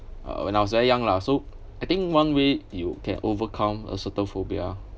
uh when I was very young lah so I think one way you can overcome a certain phobia